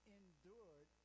endured